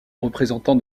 représentants